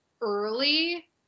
early